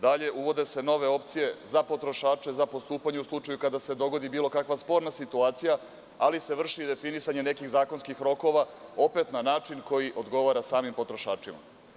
Dalje, uvode se nove opcije za potrošače, za postupanje u slučaju kada se dogodi bilo kakva sporna situacija, ali se vrši i definisanje nekih zakonskih rokova, opet na način koji odgovara samim potrošačima.